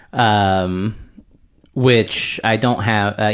um which i don't have,